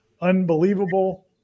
unbelievable